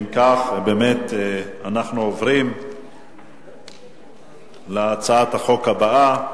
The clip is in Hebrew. אנחנו עוברים להצעת החוק הבאה,